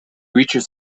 reaches